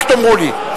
רק תאמרו לי.